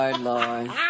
Lord